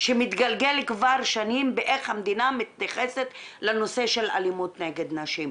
שמתגלגל כבר שנים באיך המדינה מתייחסת לנושא של אלימות נגד נשים.